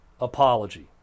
apology